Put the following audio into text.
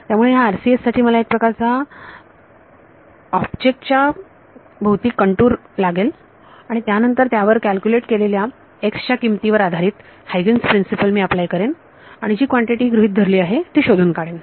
त्यामुळे ह्या RCS साठी मला एक प्रकारचा ऑब्जेक्ट च्या भोवती कंटूर लागेल आणि त्यानंतर त्यावर कॅल्क्युलेट केलेल्या x च्या किमतींवर आधारित हायगन्स प्रिन्सिपल Huygen's Principle मी अप्लाय करेन आणि जी कॉन्टिटी गृहीत धरली आहे ती शोधून काढेल